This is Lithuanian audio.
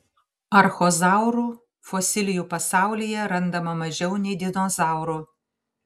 archozaurų fosilijų pasaulyje randama mažiau nei dinozaurų